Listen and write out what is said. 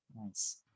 Nice